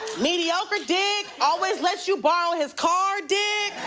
mediocre dick, always lets you borrow his car dick.